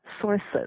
sources